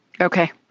Okay